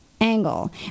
angle